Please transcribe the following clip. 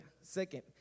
Second